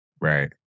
Right